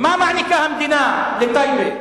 מה מעניקה המדינה לטייבה?